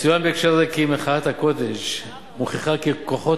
יצוין בהקשר זה כי "מחאת הקוטג'" מוכיחה כי כוחות